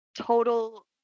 total